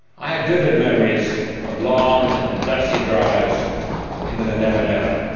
i have vivid memories of long and dusty drives into the never never